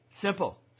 simple